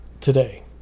today